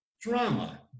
drama